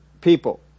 people